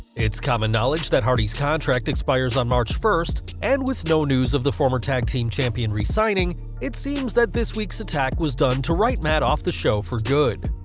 it's common knowledge that hardy's contract expires on march first, and with no news of the former tag team champion resigning, it seems that this week's attack was done to write matt off the show for good.